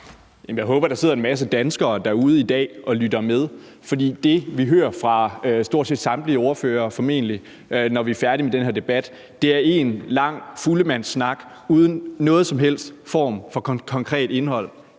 Jeg håber, der sidder en masse danskere derude i dag og lytter med, for det, vi hører fra formentlig stort set samtlige ordførere, når vi er færdige med den her debat, er én lang fuldemandssnak uden nogen som helst form for konkret indhold.